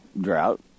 drought